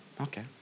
Okay